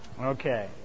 Okay